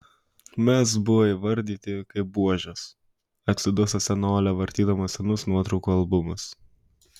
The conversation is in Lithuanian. mes buvo įvardyti kaip buožės atsiduso senolė vartydama senus nuotraukų albumus